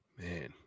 Man